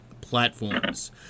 platforms